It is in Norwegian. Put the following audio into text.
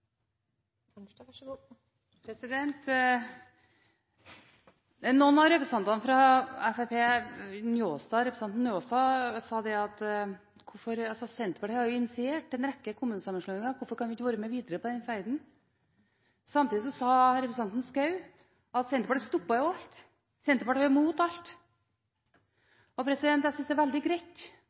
Njåstad – sa at når Senterpartiet har initiert en rekke kommunesammenslåinger, hvorfor kan de da ikke være med videre på den ferden. Samtidig sa representanten Schou at Senterpartiet stopper alt. Senterpartiet er imot alt. Jeg synes det er veldig greit,